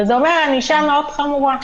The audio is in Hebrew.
וזה אומר ענישה מאוד חמורה.